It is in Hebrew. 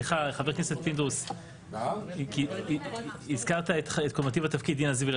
חבר הכנסת פינדרוס, את קודמתי בתפקיד דינה זילבר.